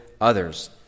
others